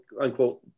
unquote